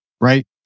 right